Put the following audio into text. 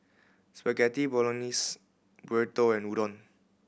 Spaghetti Bolognese Burrito and Udon